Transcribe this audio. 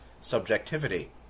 subjectivity